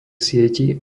sietí